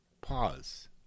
pause